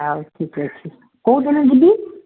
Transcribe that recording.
ହଉ ଠିକ୍ ଅଛି କେଉଁଦିନ ଯିବି